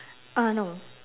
uh no